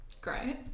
Great